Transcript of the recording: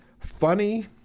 funny